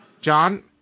John